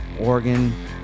Oregon